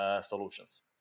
solutions